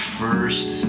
first